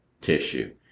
tissue